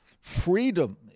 freedom